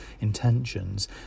intentions